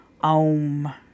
OM